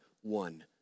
one